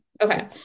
Okay